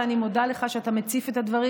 ואני מודה לך על שאתה מציף את הדברים.